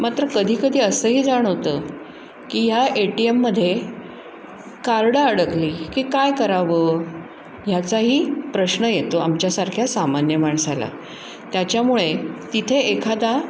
मात्र कधी कधी असंही जाणवतं की ह्या ए टी एममध्ये कार्डं अडकली की काय करावं ह्याचाही प्रश्न येतो आमच्यासारख्या सामान्य माणसाला त्याच्यामुळे तिथे एखादा